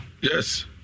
Yes